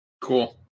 cool